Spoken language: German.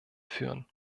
führen